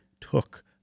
took